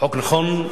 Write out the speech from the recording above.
חוק נכון.